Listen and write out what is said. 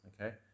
Okay